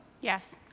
Yes